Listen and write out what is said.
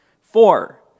Four